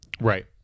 Right